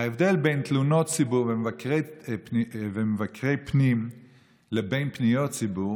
ההבדל בין תלונות ציבור ומבקרי פנים לבין פניות ציבור